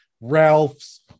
Ralph's